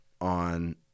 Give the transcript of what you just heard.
on